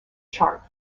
chart